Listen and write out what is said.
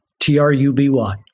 T-R-U-B-Y